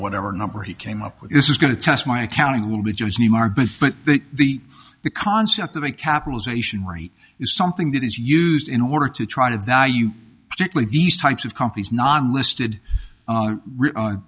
whatever number he came up with this is going to test my accounting a little bit but the the concept of a capitalization rate is something that is used in order to try to value particularly these types of companies non listed